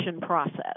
process